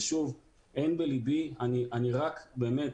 ושוב, אין בלבי, יש בי כל